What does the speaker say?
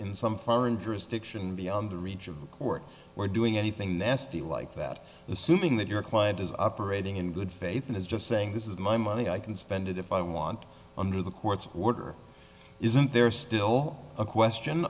in some foreign tourist diction beyond the reach of the court or doing anything nasty like that assuming that your client is operating in good faith and is just saying this is my money i can spend it if i want under the court's order isn't there still a question